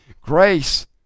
Grace